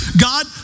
God